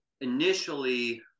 initially